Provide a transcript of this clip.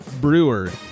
Brewer